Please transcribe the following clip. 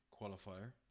qualifier